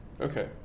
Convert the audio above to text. Okay